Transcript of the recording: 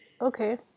Okay